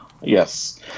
Yes